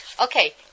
Okay